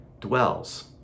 dwells